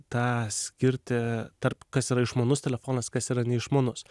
tą skirtį tarp kas yra išmanus telefonas kas yra neišmanus